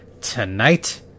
tonight